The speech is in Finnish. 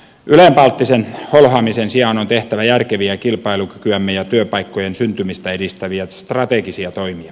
ylenpalttisen holhoamisen sijaan on tehtävä järkeviä kilpailukykyämme ja työpaikkojen syntymistä edistäviä strategisia toimia